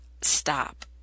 stop